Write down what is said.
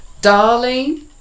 Darling